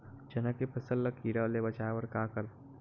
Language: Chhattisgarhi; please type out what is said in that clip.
चना के फसल कीरा ले बचाय बर का करबो?